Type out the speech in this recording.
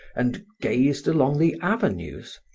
and gazed along the avenues,